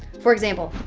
for example,